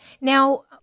Now